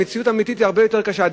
המציאות האמיתית היא הרבה יותר קשה,